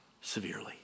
severely